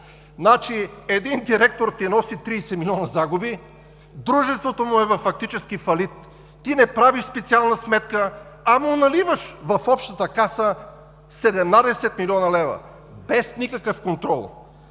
фалит. Един директор ти носи 30 милиона загуби, дружеството му е във фактически фалит, ти не правиш специална сметка, а наливаш в общата каса 17 млн. лв., без никакъв контрол.